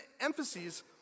emphases